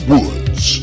Woods